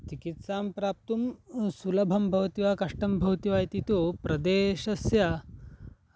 चिकित्सां प्राप्तुं सुलभं भवति वा कष्टं भवति वा इति तु प्रदेशस्य